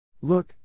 Look